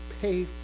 pay